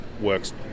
works